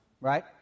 right